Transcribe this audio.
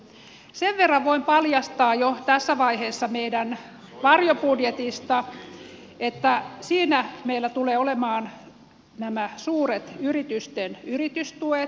sen verran voin paljastaa jo tässä vaiheessa meidän varjobudjetistamme että siinä meillä tulee olemaan nämä suurten yritysten yritystuet